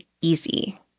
easy